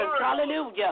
hallelujah